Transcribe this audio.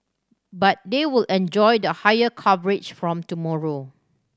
but they will enjoy the higher coverage from tomorrow